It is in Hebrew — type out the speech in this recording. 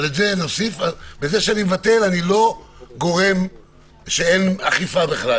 בזה שאני מבטל, אני לא גורם שאין אכיפה בכלל.